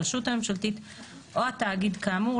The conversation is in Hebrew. הרשות הממשלתית או התאגיד כאמור,